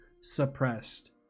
suppressed